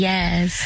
Yes